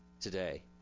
today